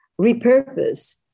repurpose